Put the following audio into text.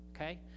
okay